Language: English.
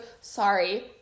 sorry